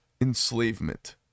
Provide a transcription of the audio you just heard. enslavement